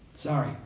Sorry